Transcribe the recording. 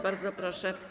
Bardzo proszę.